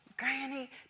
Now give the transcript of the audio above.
Granny